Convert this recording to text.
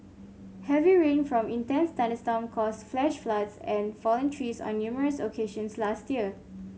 heavy rain from intense thunderstorm caused flash floods and fallen trees on numerous occasions last year